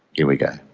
here we go.